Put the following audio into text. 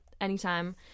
anytime